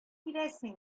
киләсең